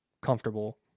comfortable